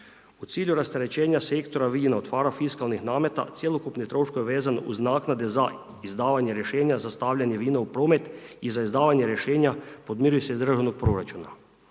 U cilju rasterećenja sektora vina od parafiskalnih nameta cjelokupni troškovi vezan uz naknade za izdavanje rješenja za stavljanje vina u promet i za izdavanje rješenja podmiruju se iz državnog proračuna.